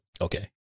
Okay